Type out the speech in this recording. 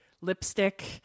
lipstick